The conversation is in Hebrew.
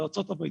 בארצות הברית,